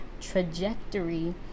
trajectory